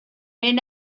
mynd